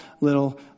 little